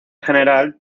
general